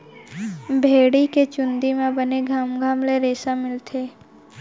भेड़ी के चूंदी म बने घमघम ले रेसा मिलथे